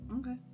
Okay